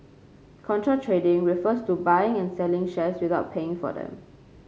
contra trading refers to buying and selling shares without paying for them